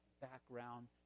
background